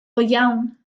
iawn